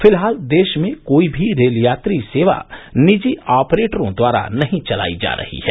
फिलहाल देश में कोई भी रेल यात्री सेवा निजी ऑपरेटरों द्वारा नहीं चलाई जा रही है